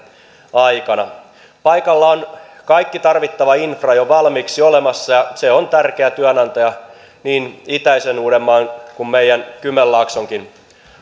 aikana paikalla on kaikki tarvittava infra jo valmiiksi olemassa ja se on tärkeä työnantaja niin itäisen uudenmaan kuin meidän kymenlaaksonkin